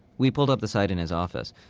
we pulled up the site in his office.